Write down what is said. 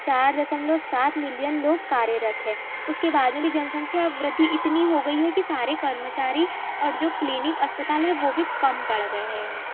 चार दशमलव सात मिलियन लोग कार्यरत हैं उसके बाद में भी जनसँख्या वृद्धि इतनी हो गई है कि सारे कर्मचारी और जो क्लिनिक अस्पताल हैं वह भी कम पड़ गए हैं